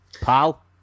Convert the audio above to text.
pal